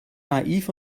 naiv